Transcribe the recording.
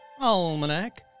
Almanac